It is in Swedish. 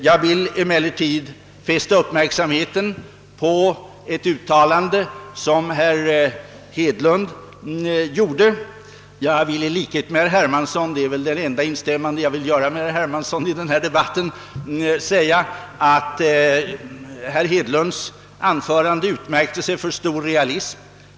Jag vill emellertid fästa uppmärksamheten på ett uttalande som herr Hedlund gjorde. Jag vill i likhet med herr Hermansson säga — det är väl nästan det enda instämmande jag vill göra med herr Hermansson i denna debatt — att herr Hedlunds uttalande utmärkte sig för stor realism.